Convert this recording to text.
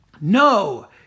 no